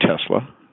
Tesla